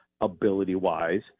ability-wise